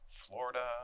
Florida